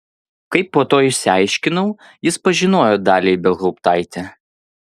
kaip po to išsiaiškinau jis pažinojo dalią ibelhauptaitę